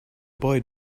boy